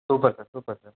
super sir super sir